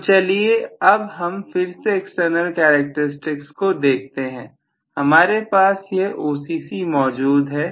तो चलिए अब हम फिर से एक्सटर्नल करैक्टेरिस्टिक्स को देखते हैं हमारे पास यह OCC मौजूद है